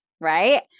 right